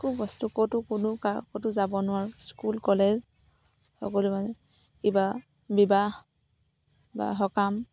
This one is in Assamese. কোনো বস্তু ক'তো কোনো ক'তো যাব নোৱাৰোঁ স্কুল কলেজ সকলো মানে কিবা বিবাহ বা সকাম